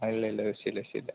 ആ ഇല്ലില്ലാ വിഷയമില്ല വിഷയമില്ല